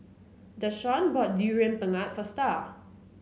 Dashawn bought Durian Pengat for Star